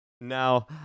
now